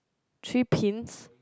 three pins